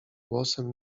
głosem